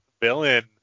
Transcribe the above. villain